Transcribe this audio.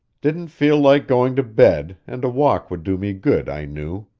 didn't feel like going to bed, and a walk would do me good, i knew.